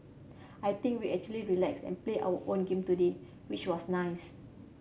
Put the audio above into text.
I think we actually relaxed and play our own game today which was nice